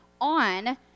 on